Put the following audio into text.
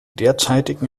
derzeitigen